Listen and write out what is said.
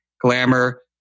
Glamour